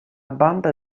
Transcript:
banda